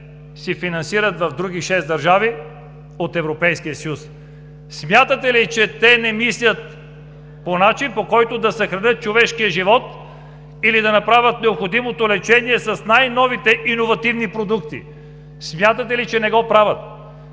се финансират в други 6 държави от Европейския съюз. Смятате ли, че те не мислят по начин, по който да съхранят човешкия живот, или да направят необходимото лечение с най-новите иновативни продукти?! Смятате ли, че не го правят?!